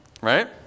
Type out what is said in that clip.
right